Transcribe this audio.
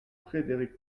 frédéric